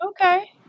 Okay